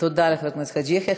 תודה לחבר הכנסת חאג' יחיא.